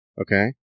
Okay